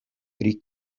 pri